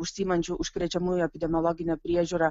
užsiimančių užkrečiamųjų epidemiologine priežiūra